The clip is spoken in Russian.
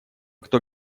кто